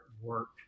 work